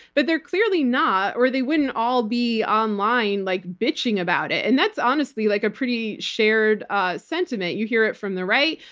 but they're clearly not, or they wouldn't all be online like bitching about it. and that's honestly like a pretty shared sentiment. you hear it from the right,